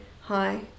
Hi